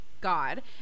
God